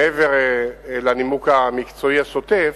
מעבר לנימוק המקצועי השוטף.